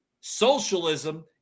socialism